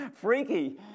Freaky